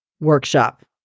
workshop